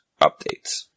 updates